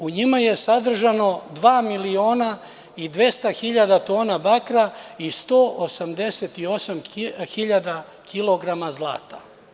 U njima je sadržano dva miliona i 200 hiljada tona bakra i 188 hiljada kilograma zlata.